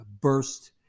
burst